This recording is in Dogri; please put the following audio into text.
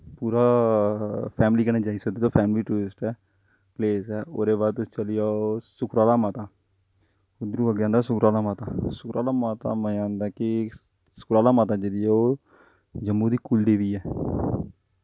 पूरा फैमली कन्नै जाई सकदे ओ फैमली टूरिस्ट ऐ प्लेस ऐ ओह्दे बाद तुस चली जाओ सुकराला माता उद्धरों अग्गें आंदा सुकराला माता सुकराला माता मजा आंदा कि सुकराला माता जेह्ड़ी ओह् जम्मू दी कुल देवी ऐ